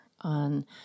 on